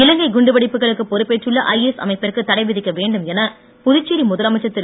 இலங்கை குண்டு வெடிப்புகளுக்கு பொறுப்பேற்றுள்ள ஐஎஸ் அமைப்பிற்கு தடைவிதிக்க வேண்டும் என புதுச்சேரி முதலமைச்சர் திரு